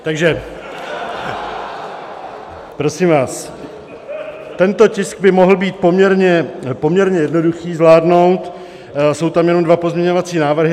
Takže prosím vás, tento tisk by mohlo být poměrně jednoduché zvládnout, jsou tam jenom dva pozměňovací návrhy.